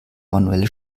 manuelle